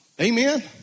Amen